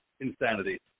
insanity